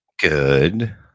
good